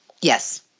Yes